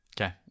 Okay